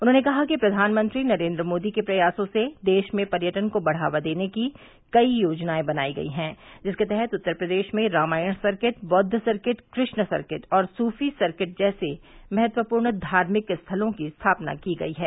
उन्होंने कहा प्रधानमंत्री नरेन्द्र मोदी के प्रयासों से देश में पर्यटन को बढ़ावा देने की कई योजनाए बनाई गई हैं जिसके तहत उत्तर प्रदेश में रामायण सर्किट बौद्व सर्किट कृष्ण सर्किट और सुफी सर्किट जैसे महत्वपूर्ण धार्मिक स्थलों की स्थापना की गई है